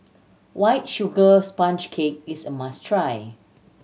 White Sugar Sponge Cake is a must try